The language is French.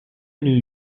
new